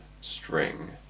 string